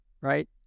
right